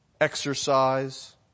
exercise